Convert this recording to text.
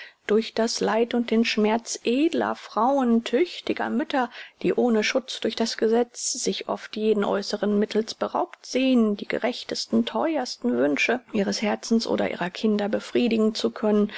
durch das leid und den schmerz edler frauen tüchtiger mütter die ohne schutz durch das gesetz sich oft jeden äußeren mittels beraubt sehen die gerechtesten theuersten wünsche ihres eigenen herzens oder ihrer kinder befriedigen zu können